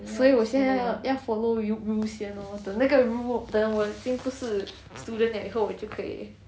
所以我现在要要 follow ru~ rule 先 lor 等那个 rule 等我已经不是 student liao 以后我就可以